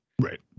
right